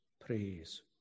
praise